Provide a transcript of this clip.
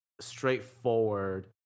straightforward